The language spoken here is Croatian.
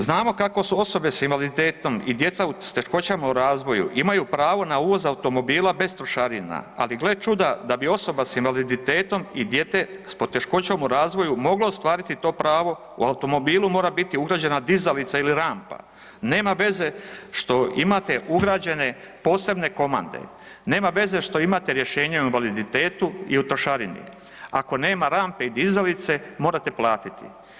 Znamo kako su osobe s invaliditetom i djeca s teškoćama u razvoju imaju pravo na uvoz automobila bez trošarina, ali gle čuda da bi osoba s invaliditetom i dijete s poteškoćom u razvoju moglo ostvariti to pravo u automobilu mora biti ugrađena dizalica ili rampa, nema veze što imate ugrađene posebne komande, nema veze što imate rješenje o invaliditetu i o trošarini, ako nema rampe i dizalice morate platiti.